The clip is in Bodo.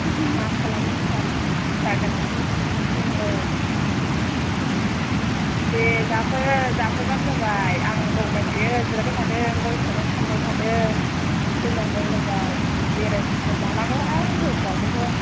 मा खालामनो फिसा गोनांफोरनि बिदिनोसै औ दे जाफै जाफैब्लानो जाबाय आंनो दंबाय थायो जिरायबाय थादों गयखौनो फानबाय थादों फैब्लानो जाबाय बेरायथावथाव जानांगौहाय गयफ्राखौबो